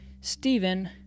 Stephen